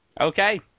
Okay